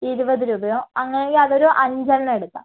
ഇരുപതു രൂപയോ അങ്ങനെയാണെങ്കിൽ അതൊരു അഞ്ചെണ്ണം എടുക്കാം